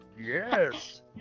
Yes